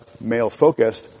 male-focused